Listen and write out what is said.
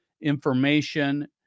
information